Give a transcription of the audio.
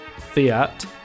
fiat